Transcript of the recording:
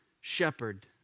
shepherd